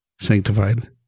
sanctified